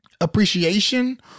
appreciation